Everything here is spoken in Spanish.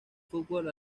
fútbol